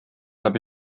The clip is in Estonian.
läbi